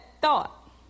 thought